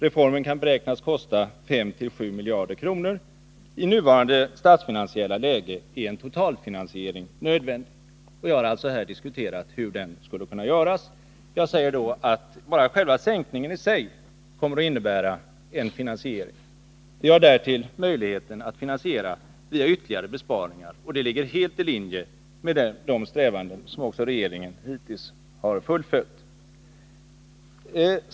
Reformen kan beräknas kosta 5-7 miljarder kr. I nuvarande statsfinansiella läge är en totalfinansiering nödvändig.” Jag har alltså här diskuterat hur en sådan totalfinansiering skulle kunna genomföras. Jag säger då att själva sänkningen i sig kommer att innebära en finansiering. Vi har därtill möjligheten att finansiera via ytterligare besparingar, och det ligger helt i linje med de strävanden som också regeringen hittills har följt.